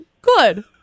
good